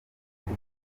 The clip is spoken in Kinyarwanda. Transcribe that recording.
ari